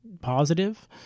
positive